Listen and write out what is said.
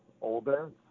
older